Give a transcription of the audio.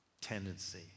tendency